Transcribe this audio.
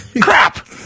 Crap